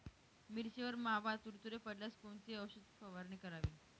मिरचीवर मावा, तुडतुडे पडल्यास कोणती औषध फवारणी करावी?